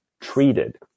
treated